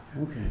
Okay